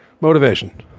motivation